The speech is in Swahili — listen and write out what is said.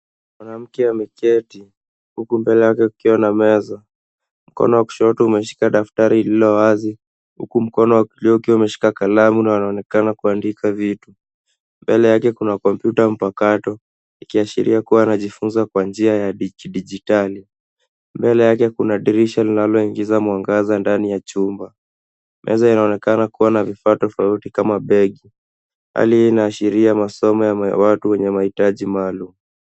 Mwanamke ameketi huku mbele yake kukiwa na meza. Mkono wa kushoto umeshika daftari lililo wazi huku mkono wa kulia ukiwa umeshika kalamu na unaonekana kuandika vitu. Mbele yake kuna kompyuta mpakato ikiashiria kuwa anajifunza kwa njia ya kidijitali. Mbele yake kuna dirisha linaloingiza mwangaza ndani ya chumba. Meza inaonekana kuwa na vifaa tofauti kama begi. Hali hii inaashiria masomo ya watu wenye mahitaji maalum.